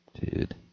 Dude